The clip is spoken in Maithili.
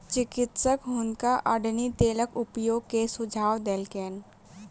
चिकित्सक हुनका अण्डी तेलक उपयोग के सुझाव देलकैन